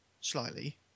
slightly